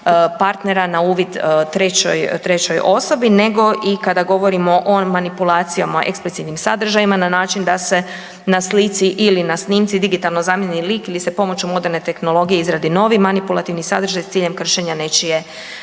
partnera na uvid trećoj osobi, nego i kada govorimo o manipulacijama eksplicitnim sadržajima na način da se na slici ili na snimci digitalno zamijeni lik ili se pomoću moderne tehnologije izradi novi manipulativni sadržaj s ciljem kršenja nečije